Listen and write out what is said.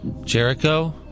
Jericho